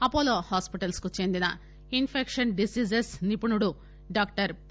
Apollo hospitals కు చెందిన infectious diseases నిపుణుడు డాక్షర్ పి